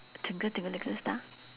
twinkle twinkle little star